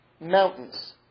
mountains